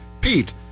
Pete